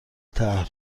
طرح